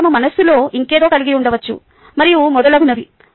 వారు తమ మనస్సులో ఇంకేదో కలిగి ఉండవచ్చు మరియు మొదలగునవి